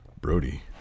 Brody